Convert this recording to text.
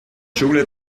schule